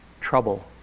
Trouble